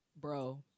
bro